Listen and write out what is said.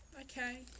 Okay